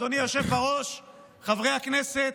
אדוני היושב-ראש וחברי הכנסת.